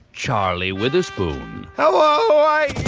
charlie witherspoon hello. oh, hi.